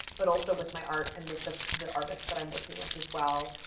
but also with my art and with the the artists that i'm working with as well.